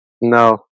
No